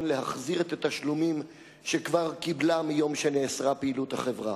להחזיר את התשלומים שכבר קיבלה מיום שנאסרה פעילות החברה.